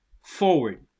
forward